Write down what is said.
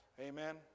Amen